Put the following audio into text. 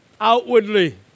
outwardly